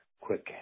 quick